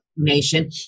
nation